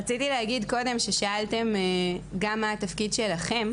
רציתי להגיד קודם ששאלתם גם מה התפקיד שלכן,